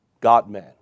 God-man